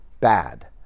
bad